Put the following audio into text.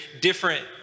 different